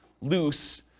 loose